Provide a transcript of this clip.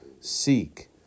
seek